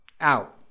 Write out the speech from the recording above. out